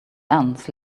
ants